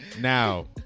now